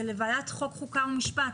זה לוועדת החוקה חוק ומשפט.